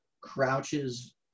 crouches